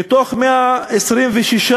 מ-126